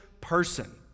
person